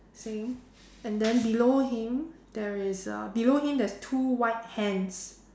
same and then below him there is uh below him there's two white hens